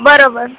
बरोबर